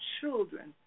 children